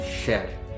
share